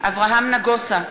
אברהם נגוסה,